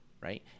Right